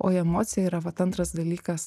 o į emociją yra vat antras dalykas